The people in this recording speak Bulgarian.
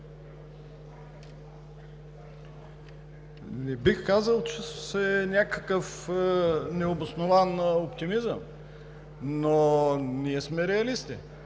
Не бих казал, че това е някакъв необоснован оптимизъм, но ние сме реалисти.